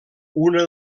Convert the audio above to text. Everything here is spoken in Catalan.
una